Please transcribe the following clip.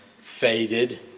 faded